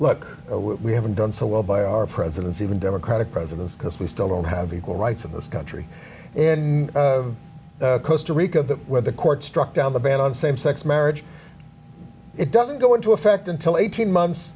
look we haven't done so well by our presidents even democratic presidents because we still don't have equal rights in this country and costa rica where the court struck down the ban on same sex marriage it doesn't go into effect until eighteen months